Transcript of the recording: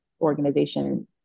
organization